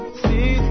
see